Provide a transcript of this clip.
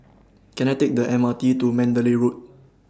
Can I Take The M R T to Mandalay Road